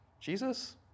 Jesus